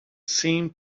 seemed